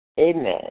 Amen